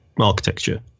architecture